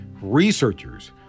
researchers